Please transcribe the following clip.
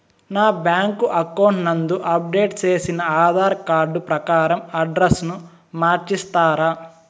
నా bank account నందు update చేసిన ఆధార్ కార్డు ప్రకారం అడ్రస్ ను మార్చిస్తారా?